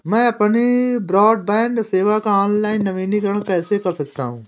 मैं अपनी ब्रॉडबैंड सेवा का ऑनलाइन नवीनीकरण कैसे कर सकता हूं?